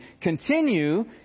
continue